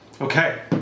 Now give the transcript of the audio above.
Okay